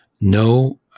no